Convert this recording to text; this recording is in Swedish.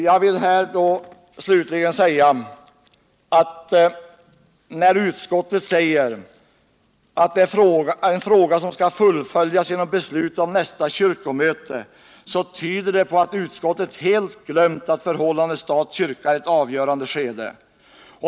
Jag vill slutligen säga: När utskottet anför att det arbete det är fråga om skulle fullföljas genom beslut av nästa kyrkomöte, tyder det på att utskottet helt glömt att förhållandet stat-kyrka är inne i ett avgörande skede.